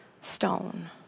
stone